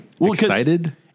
excited